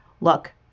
look